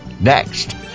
next